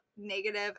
negative